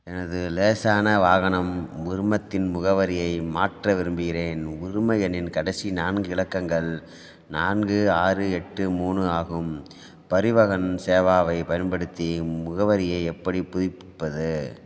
எனது லேசான வாகனம் உரிமத்தின் முகவரியை மாற்ற விரும்புகிறேன் உரிம எண்ணின் கடைசி நான்கு இலக்கங்கள் நான்கு ஆறு எட்டு மூணு ஆகும் பரிவாஹன் சேவாவைப் பயன்படுத்தி முகவரியை எப்படி புதுப்பிப்பது